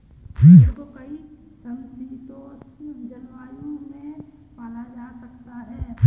भेड़ को कई समशीतोष्ण जलवायु में पाला जा सकता है